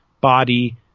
body